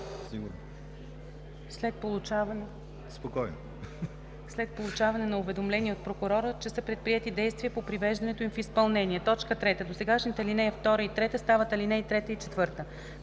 интернет, след получаване на уведомление от прокурора, че са предприети действия по привеждането им в изпълнение.“ 3. Досегашните ал. 2 и 3 стават ал. 3 и 4.“